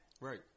Right